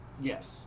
Yes